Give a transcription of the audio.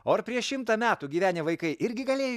o ar prieš šimtą metų gyvenę vaikai irgi galėjo